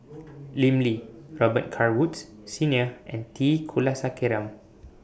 Lim Lee Robet Carr Woods Senior and T Kulasekaram